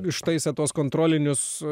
ištaisę tuos kontrolinius